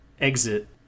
exit